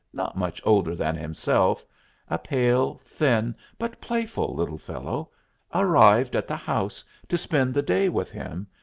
not much older than himself a pale, thin, but playful little fellow arrived at the house to spend the day with him,